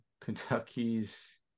Kentucky's